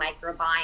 microbiome